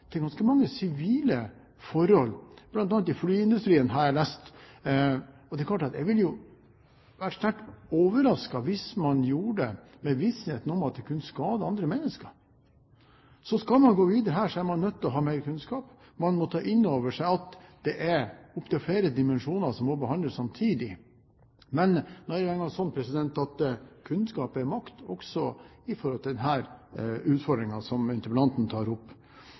til ganske mange sivile forhold, bl.a. i flyindustrien, har jeg lest. Jeg vil være sterkt overrasket hvis man bruker det med visshet om at det kan skade andre mennesker. Så skal man gå videre her, er man nødt til å ha mer kunnskap, og man må ta inn over seg at det er opptil flere dimensjoner som må behandles samtidig. Men nå er det engang sånn at kunnskap er makt, også i forhold til den utfordringen som interpellanten tar opp.